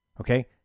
Okay